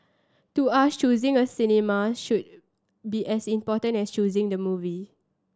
to us choosing a cinema should be as important as choosing the movie